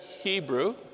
Hebrew